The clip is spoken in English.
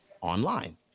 online